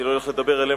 אני לא הולך לדבר אליהם,